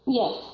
yes